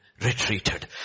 retreated